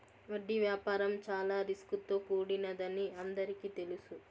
వడ్డీ వ్యాపారం చాలా రిస్క్ తో కూడినదని అందరికీ తెలుసు